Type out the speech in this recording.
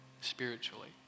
spiritually